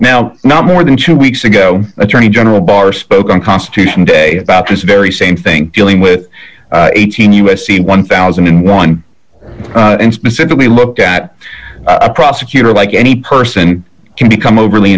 now not more than two weeks ago attorney general barr spoke on constitution day about this very same thing dealing with eighteen u s c one thousand and one and specifically look at a prosecutor like any person can become overly